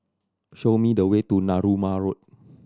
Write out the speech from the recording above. show me the way to Narooma Road